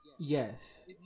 Yes